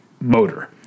motor